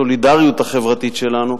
הסולידריות החברתית שלנו,